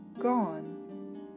gone